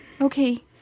Okay